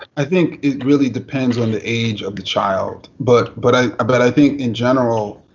i think it really depends on the age of the child. but but i but i think in general,